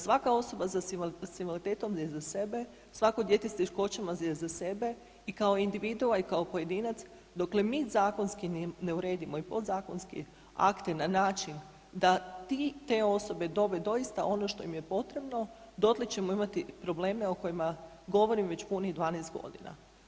Svaka osoba s invaliditetom je za sebe, svako dijete s teškoćama je za sebe i kao individua i kao pojedinac, dokle mi zakonski ne uredimo i podzakonski akte na način da ti, te osobe dobe doista ono što im je potrebno dotle ćemo imati probleme o kojima govorim već punih 12 godina.